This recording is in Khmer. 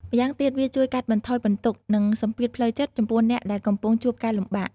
ម្យ៉ាងទៀត វាជួយកាត់បន្ថយបន្ទុក និងសម្ពាធផ្លូវចិត្តចំពោះអ្នកដែលកំពុងជួបការលំបាក។